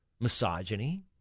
misogyny